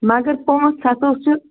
مگر پانٛژھ ہَتھو چھِ